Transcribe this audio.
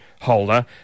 holder